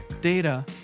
Data